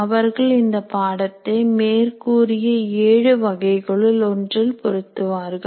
அவர்கள் இந்த பாடத்தை மேற்கூறிய ஏழு வகைகளுள் ஒன்றில் பொருத்துவார்கள்